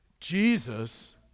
Jesus